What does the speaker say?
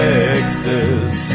Texas